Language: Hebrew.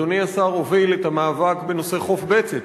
אדוני השר הוביל את המאבק בנושא חוף בצת,